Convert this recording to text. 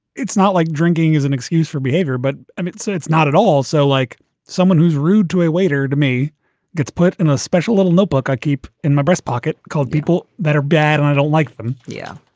it's not like drinking is an excuse for behavior, but um it's so it's not at all so like someone who's rude to a waiter to me gets put in a special little notebook i keep in my breast pocket called people that are bad. i don't like them. yeah.